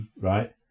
right